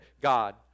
God